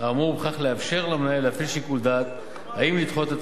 האמור ובכך לאפשר למנהל להפעיל שיקול דעת אם לדחות את